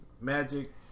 Magic